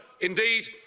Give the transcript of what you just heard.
indeed